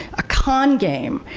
a con game,